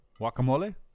Guacamole